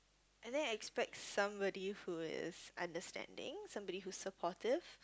I didn't expect somebody who is understanding somebody who's supportive